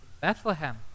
Bethlehem